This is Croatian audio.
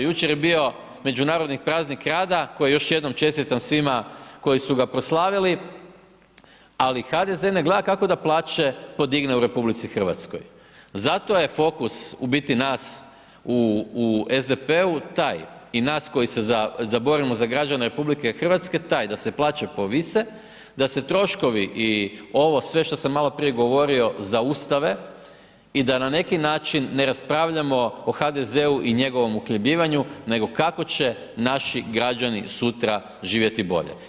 Jučer je bio međunarodni praznik rada, koji još jednom čestitam svima koji su ga proslavili, ali HDZ ne gleda kako da plaće podigne u RH, zato je fokus u biti nas, u SDP-u taj i nas koji se borimo za građane RH je taj da se plaće povise, da se troškovi i ovo sve što sam maloprije govorio zaustave i da na neki način ne raspravljamo o HDZ-u i njegovom uhljebljivanju, nego kako će naši građani sutra živjeti bolje.